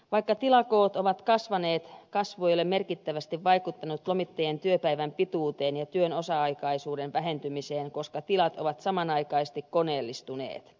vaikka tilakoot ovat kasvaneet kasvu ei ole merkittävästi vaikuttanut lomittajien työpäivän pituuteen ja työn osa aikaisuuden vähentymiseen koska tilat ovat samanaikaisesti koneellistuneet